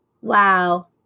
Wow